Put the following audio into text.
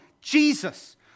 Jesus